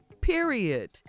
Period